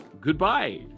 goodbye